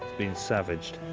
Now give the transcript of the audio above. been savaged.